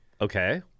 Okay